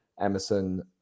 emerson